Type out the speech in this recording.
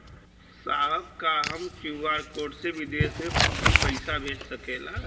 साहब का हम क्यू.आर कोड से बिदेश में भी पैसा भेज सकेला?